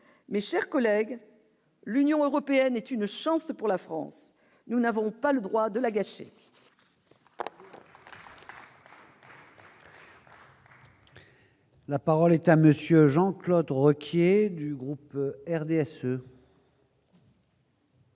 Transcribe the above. mais, chers collègues, l'Union européenne est une chance pour la France, nous n'avons pas le droit de la gâcher.